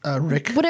Rick